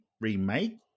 remake